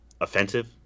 offensive